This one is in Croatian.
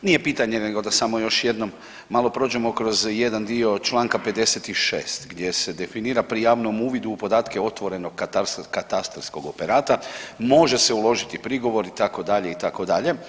Nije pitanje nego samo da još jednom malo prođemo kroz jedan dio čl. 56, gdje se definira pri javnom uvidu u podatke otvoreno katastarskog operata, može se uložiti prigovor, itd., itd.